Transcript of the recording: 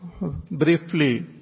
briefly